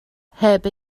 heb